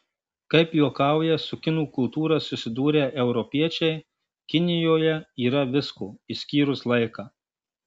kaip juokauja su kinų kultūra susidūrę europiečiai kinijoje yra visko išskyrus laiką